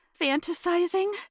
Fantasizing